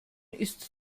ist